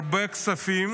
הרבה כספים